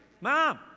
Mom